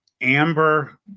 amber